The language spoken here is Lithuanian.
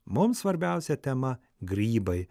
mums svarbiausia tema grybai